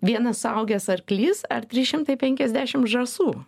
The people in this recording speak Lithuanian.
vienas suaugęs arklys ar trys šimtai penkiasdešim žąsų